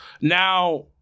Now